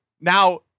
now